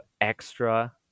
extra